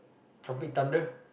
Tropic-Thunder